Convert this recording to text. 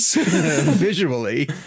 visually